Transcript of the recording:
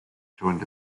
joined